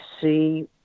see